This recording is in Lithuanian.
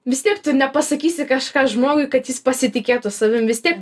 vis tiek tu nepasakysi kažką žmogui kad jis pasitikėtų savim vis tiek